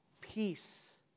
Peace